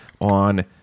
on